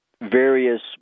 various